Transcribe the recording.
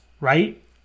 right